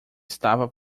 estava